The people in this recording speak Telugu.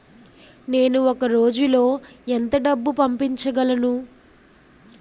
నేను ఒక రోజులో ఎంత డబ్బు పంపించగలను?